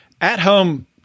at-home